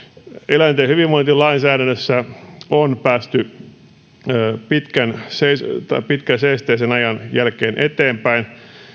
eläinten hyvinvointilainsäädännössä on päästy pitkän seesteisen ajan jälkeen eteenpäin